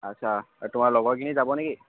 আচ্ছা এ তোমাৰ লগৰখিনি যাবনে কি